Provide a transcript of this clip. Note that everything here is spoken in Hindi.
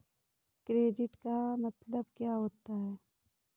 क्रेडिट का मतलब क्या होता है?